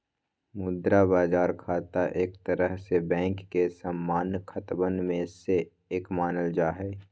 मुद्रा बाजार खाता एक तरह से बैंक के सामान्य खतवन में से एक मानल जाहई